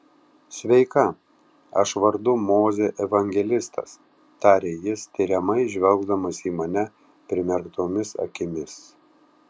sveika aš vardu mozė evangelistas tarė jis tiriamai žvelgdamas į mane primerktomis akimis